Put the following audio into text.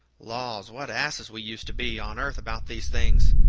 laws what asses we used to be, on earth, about these things!